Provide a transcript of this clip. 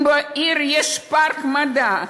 אם בעיר יש פארק מדע,